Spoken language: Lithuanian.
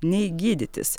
nei gydytis